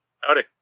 Howdy